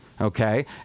Okay